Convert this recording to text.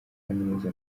kaminuza